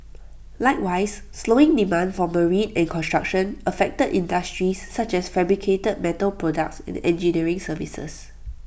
likewise slowing demand for marine and construction affected industries such as fabricated metal products and engineering services